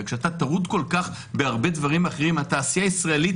וכשאתה טרוד בכל כך הרבה דברים אחרים התעשייה הישראלית,